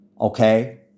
Okay